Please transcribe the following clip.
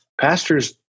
Pastors